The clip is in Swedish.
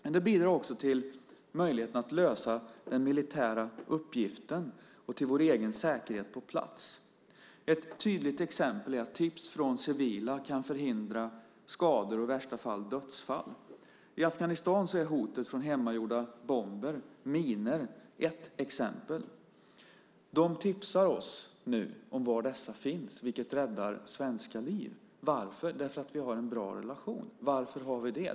Men det bidrar också till möjligheten att lösa den militära uppgiften och till att öka vår egen säkerhet på plats. Ett tydligt exempel är att tips från civila kan förhindra skador och i värsta fall dödsfall. I Afghanistan är hotet från hemmagjorda bomber och minor ett exempel. De tipsar oss nu om var dessa finns, vilket räddar svenska liv. Varför? Jo, därför att vi har en bra relation. Varför har vi det?